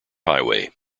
highway